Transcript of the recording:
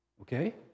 okay